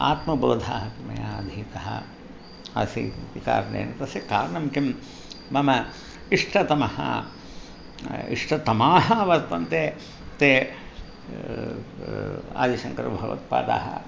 आत्मबोधः अपि मया अधीतः असीत् इति कारणेन तस्य कारणं किं मम इष्टतमः इष्टतमाः वर्तन्ते ते आदिशङ्करभगवत्पादाः